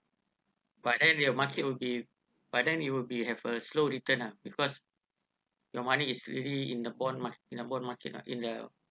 but then the market will be but then it will be have a slow return lah because your money is really in the bond mah in the bond market mah in the